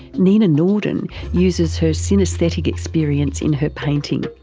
nina norden uses her synaesthetic experience in her painting.